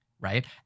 right